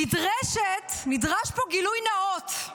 נדרש פה גילוי נאות.